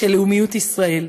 של לאומיות ישראל,